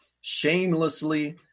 shamelessly